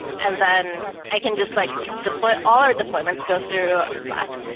and then i can just like deploy all our deployments, go through um slack.